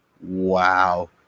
wow